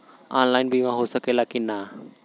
Online बीमा हो सकेला की ना?